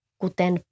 kuten